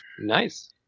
Nice